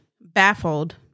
Baffled